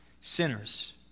sinners